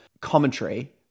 commentary